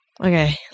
Okay